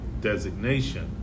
designation